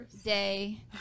Day